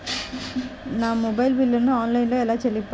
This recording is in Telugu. నా మొబైల్ బిల్లును ఆన్లైన్లో ఎలా చెల్లించాలి?